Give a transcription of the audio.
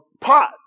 pot